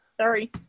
sorry